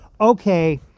okay